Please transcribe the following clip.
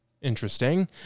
Interesting